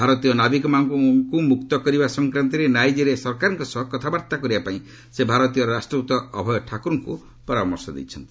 ଭାରତୀୟ ନାବିକମାନଙ୍କୁ ମୁକ୍ତ କରିବା ସଂକ୍ରାନ୍ତରେ ନାଇଜେରିଆ ସରକାରଙ୍କ ସହ କଥାବାର୍ତ୍ତା କରିବା ପାଇଁ ସେ ଭାରତୀୟ ରାଷ୍ଟ୍ରଦୂତ ଅଭୟ ଠାକୁରଙ୍କୁ ପରାମର୍ଶ ଦେଇଛନ୍ତି